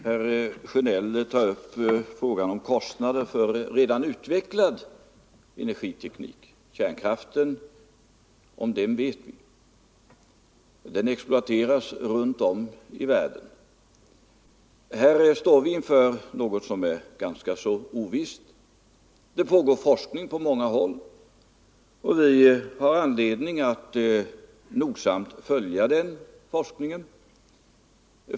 Herr talman! Herr Sjönell tar upp frågan om kostnader för redan utvecklad energiteknik. Om kärnkraften vet vi att den exploateras runt om i världen. Här står vi inför någonting som är ganska ovisst. Det pågår forskning på många håll, och vi har anledning att nogsamt följa den forskningen.